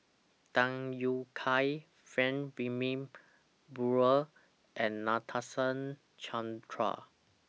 Tham Yui Kai Frank Wilmin Brewer and Nadasen Chandra